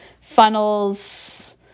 funnels